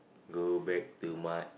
go back to my